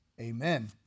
Amen